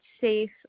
safe